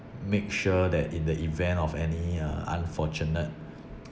make sure that in the event of any uh unfortunate